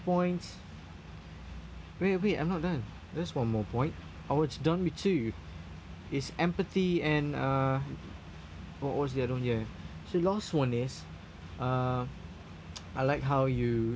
points wait wait I'm not done there's one more point I was done with two it's empathy and uh what was the other one yeah so last one is uh I like how you